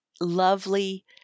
lovely